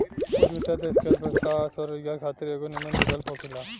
उद्यमिता देश के अर्थव्यवस्था आ स्वरोजगार खातिर एगो निमन विकल्प होखेला